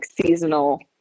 seasonal